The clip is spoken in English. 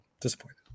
Disappointed